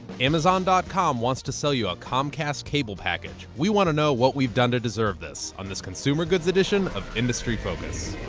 amazon dot com wants to sell you a comcast cable package. we want to know what we've done to deserve this, on this consumer goods edition of industry focus.